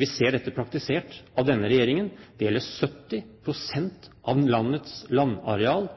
vi ser dette praktisert av denne regjeringen. Det gjelder 70 pst. av landets landareal.